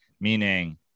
meaning